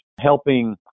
helping